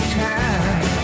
time